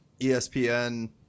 ESPN